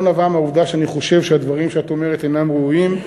לא נבעה מהעובדה שאני חושב שהדברים שאת אומרת אינם ראויים.